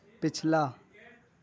پچھلا